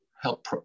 help